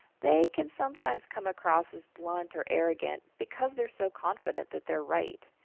they can sometimes come across as blunt or arrogant because they are so confident that they are right.